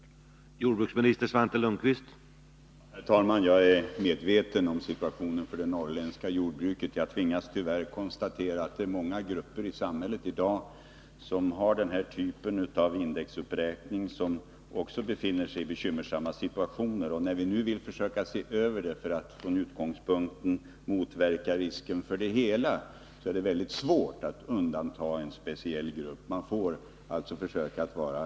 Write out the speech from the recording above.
Om åtgärder på grund av att nya kemiska bekämpningsmedel kan komma till användning